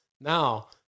Now